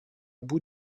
bout